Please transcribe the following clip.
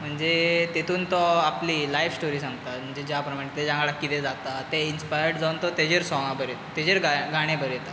म्हणजे तितूंत तो आपली लायफ स्टोरी सांगता म्हणजे की ज्या प्रमाण ताचे आड कितें जाता तें इन्सपायर्ड जावन तो तेजेर सोंगां बरयता तेजेर गाणे बरयता